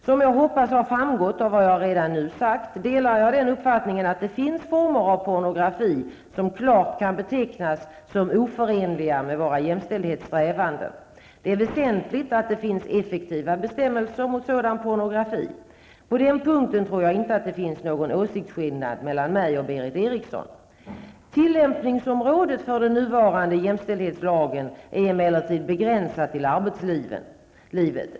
Som jag hoppas har framgått av vad jag redan sagt, delar jag den uppfattningen att det finns former av pornografi som klart kan betecknas som oförenliga med våra jämställdhetssträvanden. Det är väsentligt att det finns effektiva bestämmelser mot sådan pornografi. På den punkten tror jag inte att det finns någon åsiktsskillnad mellan mig och Berith Eriksson. Tillämpningsområdet för den nuvarande jämställdhetslagen är emellertid begränsat till arbetslivet.